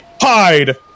hide